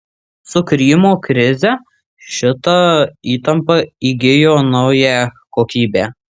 su krymo krize šita įtampa įgijo naują kokybę